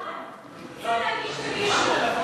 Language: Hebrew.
ועדת האתיקה, אומרים מעל הדוכן?